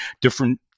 different